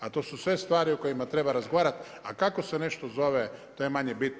A to su sve stvari o kojima treba razgovarati, a kako se nešto zove to je manje bitno.